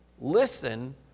Listen